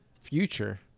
future